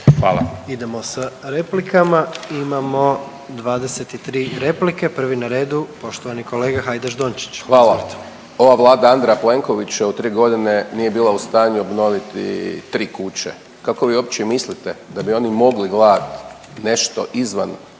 lijepa. Idemo sa replikama, imamo 23 replike, prvi na redu poštovani kolega Hajdaš Dončić. **Hajdaš Dončić, Siniša (SDP)** Hvala. Ova Vlada Andreja Plenkovića u tri godine nije bila u stanju obnoviti tri kuće, kako vi uopće mislite da bi oni mogli gledat nešto izvan